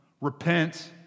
repent